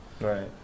right